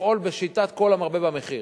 לפעול בשיטת כל המרבה במחיר.